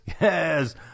yes